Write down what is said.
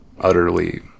utterly